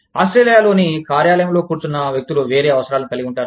ఆస్ట్రేలియాలోని కార్యాలయంలో కూర్చున్న వ్యక్తులు వేరే అవసరాలను కలిగి ఉంటారు